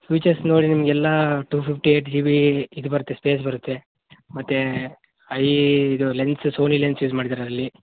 features ನೋಡಿ ನಿಮ್ಗೆ ಎಲ್ಲ ಟು ಫಿಫ್ಟಿ ಏಯ್ಟ್ ಜೀಬಿ ಇದು ಬರುತ್ತೆ ಸ್ಪೇಸ್ ಬರುತ್ತೆ ಮತ್ತೆ ಹೈ ಇದು ಲೆನ್ಸು ಸೋನಿ ಲೆನ್ಸ್ ಯೂಸ್ ಮಾಡಿದ್ದಾರೆ ಅಲ್ಲಿ